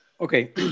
Okay